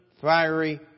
fiery